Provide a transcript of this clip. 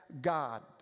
God